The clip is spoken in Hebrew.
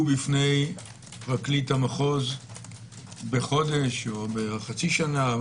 בפני פרקליט המחוז בחודש או בחצי שנה?